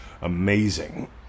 amazing